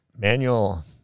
manual